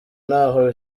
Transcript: ntaho